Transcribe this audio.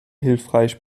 hilfreich